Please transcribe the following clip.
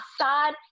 side